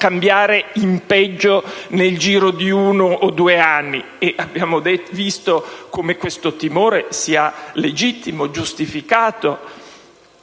cambiare in peggio nel giro di uno o due anni (e abbiamo visto come questo timore sia legittimo, giustificato).